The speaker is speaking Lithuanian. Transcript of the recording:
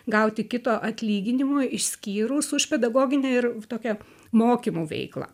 gauti kito atlyginimo išskyrus už pedagoginę ir tokią mokymų veiklą